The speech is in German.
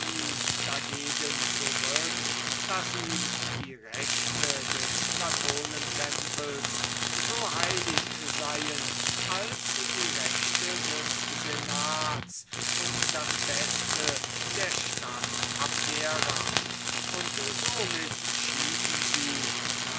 dagegen zurück daß ihm die rechte des latonentempels so heilig seien als die rechte des senats und das beste der stadt abdera und somit schieden sie